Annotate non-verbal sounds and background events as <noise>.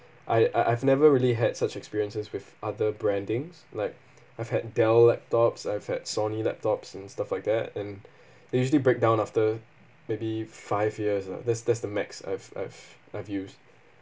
I I I've never really had such experiences with other brandings like <breath> I've had Dell laptops I've had Sony laptops and stuff like that and <breath> they usually breakdown after maybe five years lah that's that's the max I've I've I've used